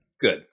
good